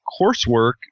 coursework